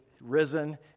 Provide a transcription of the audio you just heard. risen